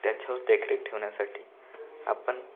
त्याच्यावर देखरेख ठेवण्यासाठी आपण